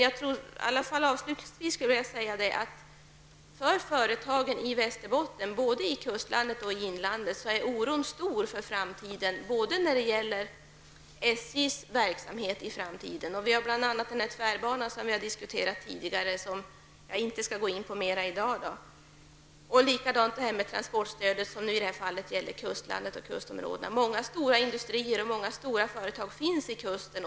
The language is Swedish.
Avslutningsvis skulle jag vilja säga att för företagen i Västerbotten, i kustlandet och i inlandet, är oron stor inför framtiden när det gäller SJs verksamhet. Det handlar bl.a. om den tvärbana som vi har diskuterat tidigare men som jag inte skall gå närmare in på i dag. Likadant är det i fråga om transportstödet, som i det här fallet gäller kustlandet och kustområdena. Många stora industrier och företag finns vid kusten.